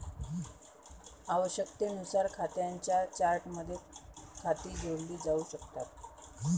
आवश्यकतेनुसार खात्यांच्या चार्टमध्ये खाती जोडली जाऊ शकतात